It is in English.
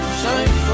shine